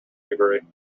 degree